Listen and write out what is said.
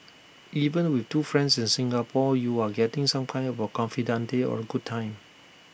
even with two friends in Singapore you are getting some kind of A confidante or A good time